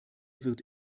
wird